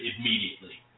immediately